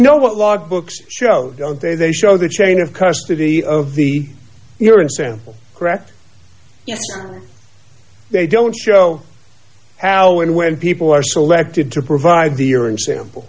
know what log books show don't they they show the chain of custody of the urine sample correct they don't show how and when people are selected to provide the urine sample